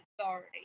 authority